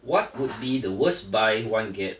what would be the worst buy one get